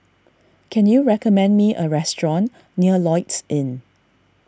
can you recommend me a restaurant near Lloyds Inn